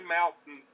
Mountain